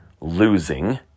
losing